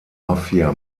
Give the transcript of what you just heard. mafia